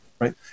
right